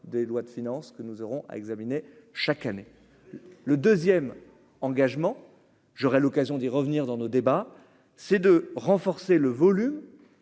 des lois de finances que nous aurons à examiner chaque année le 2ème engagement, j'aurai l'occasion d'y revenir, dans nos débats c'est de renforcer le volume